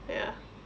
ya